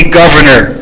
governor